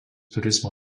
turizmo